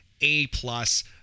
A-plus